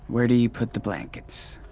where do you put the blankets?